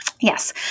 Yes